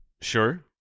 Sure